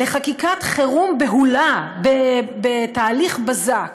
לחקיקת חירום בהולה, בתהליך בזק,